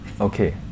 Okay